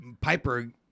Piper